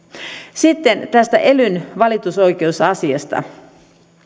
sitten tästä elyn valitusoikeusasiasta